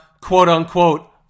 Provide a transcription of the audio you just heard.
quote-unquote